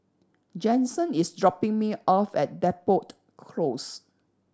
Jensen is dropping me off at Depot Close